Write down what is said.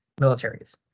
militaries